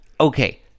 Okay